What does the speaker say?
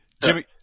Jimmy –